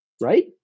right